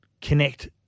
connect